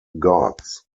gods